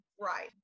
Right